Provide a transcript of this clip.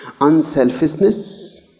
Unselfishness